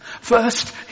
First